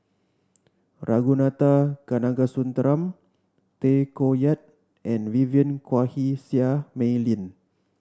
Ragunathar Kanagasuntheram Tay Koh Yat and Vivien Quahe Seah Mei Lin